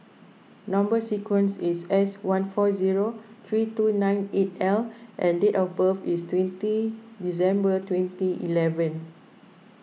Number Sequence is S one four zero three two nine eight L and date of birth is twenty December twenty eleven